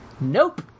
Nope